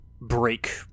break